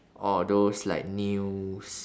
or those like news